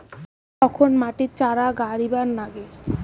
কখন মাটিত চারা গাড়িবা নাগে?